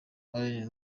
alain